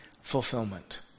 fulfillment